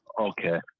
Okay